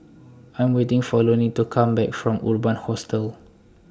I Am waiting For Lonie to Come Back from Urban Hostel